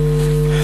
אודך".